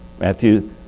Matthew